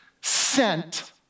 sent